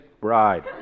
bride